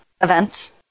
event